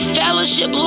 fellowship